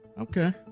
Okay